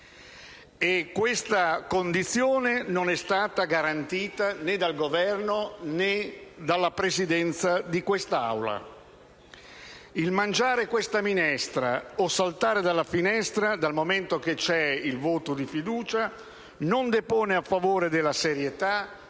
Questa condizione non è stata garantita né dal Governo, né dalla Presidenza di quest'Aula. Il mangiare questa minestra o saltare dalla finestra, dal momento che c'è il voto di fiducia, non depone a favore della serietà